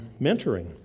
mentoring